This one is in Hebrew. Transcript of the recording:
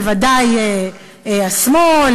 בוודאי השמאל,